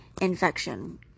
infection